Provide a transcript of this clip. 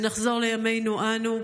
ונחזור לימינו אנו.